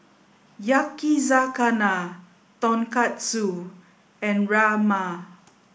Yakizakana Tonkatsu and Rajma